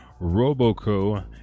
Roboco